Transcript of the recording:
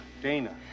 Dana